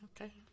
Okay